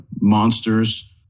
monsters